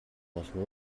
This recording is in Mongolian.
болов